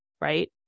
right